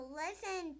listen